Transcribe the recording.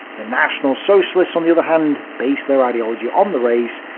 the national socialists on the other hand, base their ideology on the race,